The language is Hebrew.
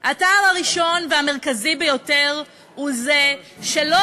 הטעם הראשון והמרכזי ביותר הוא זה שלא